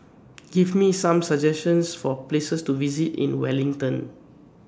Give Me Some suggestions For Places to visit in Wellington